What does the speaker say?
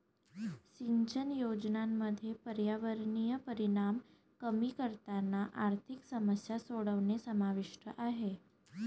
सिंचन योजनांमध्ये पर्यावरणीय परिणाम कमी करताना आर्थिक समस्या सोडवणे समाविष्ट आहे